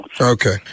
Okay